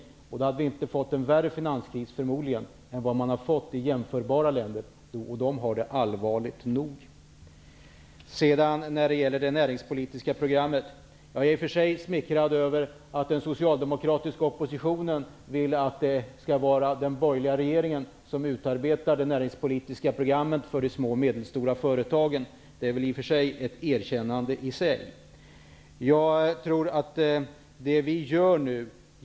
Då hade vi förmodligen inte fått en värre finanskris än i jämförbara länder, och de har det allvarligt nog. Jag är i och för sig smickrad över att den socialdemokratiska oppositionen vill att det skall vara den borgerliga regeringen som utarbetar det näringspolitiska programmet för de små och medelstora företagen. Det är ett erkännande i sig.